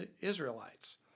Israelites